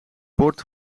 bord